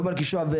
כמו מלכישוע,